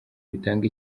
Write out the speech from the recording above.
bitanga